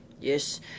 Yes